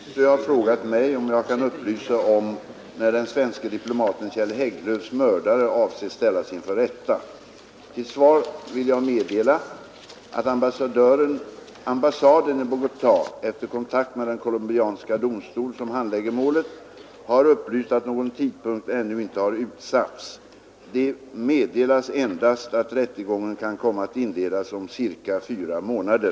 Herr talman! Herr Björck i Nässjö har frågat mig, om jag kan upplysa om när den svenske diplomaten Kjell Hägglöfs mördare avses ställas inför rätta. Till svar vill jag meddela, att ambassaden i Bogotå efter kontakt med den colombianska domstol, som handlägger målet, har upplyst att någon tidpunkt ännu inte har utsatts. Det meddelas endast, att rättegången kan komma att inledas om ca fyra månader.